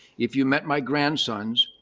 if you met my grandsons,